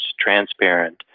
transparent